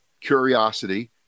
curiosity